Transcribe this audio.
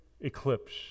eclipse